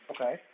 Okay